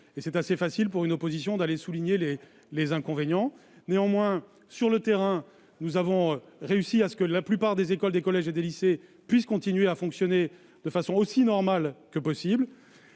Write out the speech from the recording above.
est assez facile, pour une opposition, de souligner. Néanmoins, sur le terrain, nous avons réussi à ce que la plupart des écoles, des collèges et des lycées puissent continuer à fonctionner de façon aussi normale que possible.